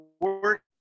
work